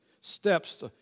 steps